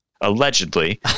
Allegedly